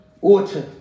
water